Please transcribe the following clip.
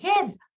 kids